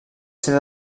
ser